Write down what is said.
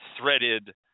threaded